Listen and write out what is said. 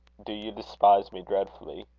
do you despise me dreadfully?